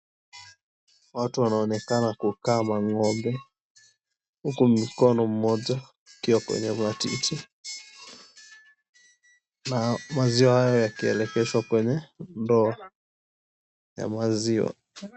Watu wanaonekana kukaa mang'ombe huku mkono mmoja ukiwa kwenye matiti. Na maziwa hayo yakielekezwa kwenye ndoo ya mwenzio.